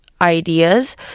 ideas